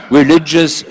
religious